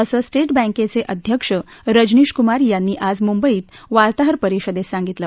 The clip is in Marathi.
असं स्ट बँक्च अध्यक्ष रजनीश कुमार यांनी आज मुंबईत वातांहर परिषद सांगितलं